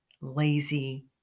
lazy